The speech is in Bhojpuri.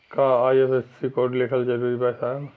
का आई.एफ.एस.सी कोड लिखल जरूरी बा साहब?